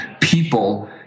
people